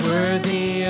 Worthy